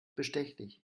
bestechlich